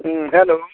ह्म्म hello